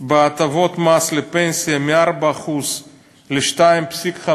בהטבות מס לפנסיה מ-4% ל-2.5%,